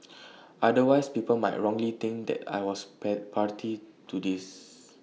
otherwise people might wrongly think that I was pair party to this